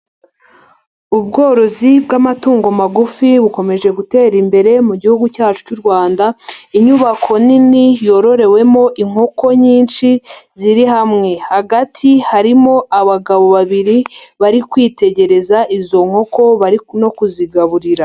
Ubworozi bw'amatungo magufi bukomeje gutera imbere mu gihugu cyacu cy'u Rwanda, inyubako nini yororewemo inkoko nyinshi ziri hamwe. Hagati harimo abagabo babiri, bari kwitegereza izo nkoko, bari no kuzigaburira.